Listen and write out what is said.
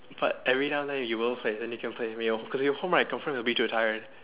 but every now then you will play and you can play with me cause when you home right you'll confirm be too tired